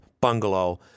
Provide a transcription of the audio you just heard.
bungalow